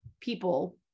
people